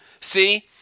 See